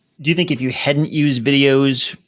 do you think if you hadn't used videos,